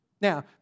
Now